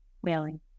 whaling